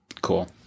Cool